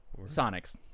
Sonics